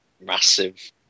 massive